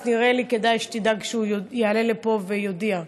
אז נראה לי שכדאי שתדאג שהוא יעלה לפה ויודיע.